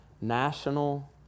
national